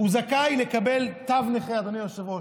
זכאי לקבל תו נכה, אדוני היושב-ראש.